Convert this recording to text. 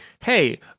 hey